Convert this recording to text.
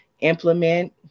implement